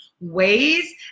ways